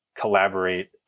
collaborate